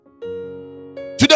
today